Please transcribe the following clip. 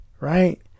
right